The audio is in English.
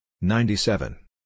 ninety-seven